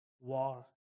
war